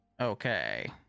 Okay